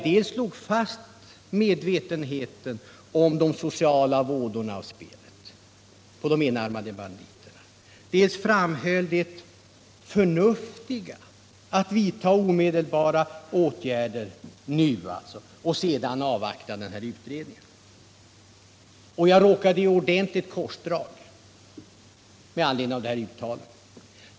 Dels slog jag fast medvetenheten om de sociala vådorna av spelet med enarmade banditer, dels framhöll jag det förnuftiga i att man vidtar vissa åtgärder nu och sedan avvaktar resultatet av utredningen. Jag råkade hamna i ordentligt korsdrag med anledning av detta uttalande.